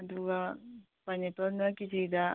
ꯑꯗꯨꯒ ꯄꯥꯏꯅꯦꯄꯜꯅ ꯀꯦꯖꯤꯗ